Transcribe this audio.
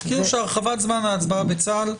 הרחבת זמן ההצבעה בצה"ל,